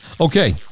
Okay